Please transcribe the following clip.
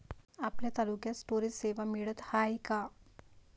आपल्या तालुक्यात स्टोरेज सेवा मिळत हाये का?